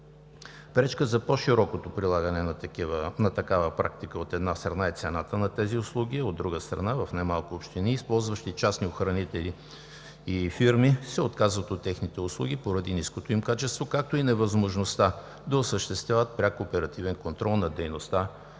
Пречка за по-широкото прилагане на такава практика, от една страна, е цената на тези услуги, а, от друга страна, в немалко общини, използващи частни охранители и фирми, се отказват от техните услуги поради ниското им качество, както и на възможността да осъществяват пряк оперативен контрол на дейността